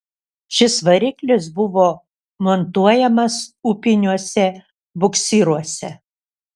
šis variklis buvo montuojamas upiniuose buksyruose